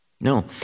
No